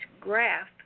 graph